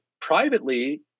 privately